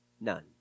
none